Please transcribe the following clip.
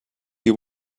you